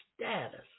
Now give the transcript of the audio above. status